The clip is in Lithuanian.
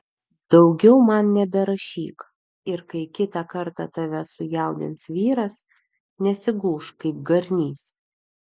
daugiau man neberašyk ir kai kitą kartą tave sujaudins vyras nesigūžk kaip garnys